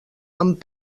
amb